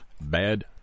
Bad